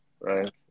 right